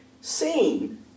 seen